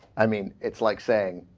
i mean it's like saying